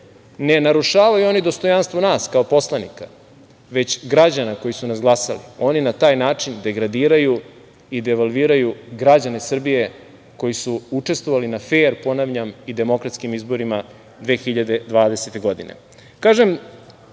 Ne narušavaju oni dostojanstvo nas kao poslanika, već građana koji su nas glasali. Oni na taj način degradiraju i devalviraju građane Srbije koji su učestvovali na fer, ponavljam, i demokratskim izborima 2020. godine. Kažem,